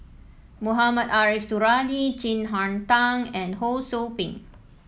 Mohamed Ariff Suradi Chin Harn Tong and Ho Sou Ping